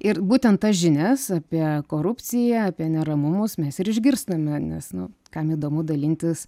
ir būtent tas žinias apie korupciją apie neramumus mes ir išgirstame nes nu kam įdomu dalintis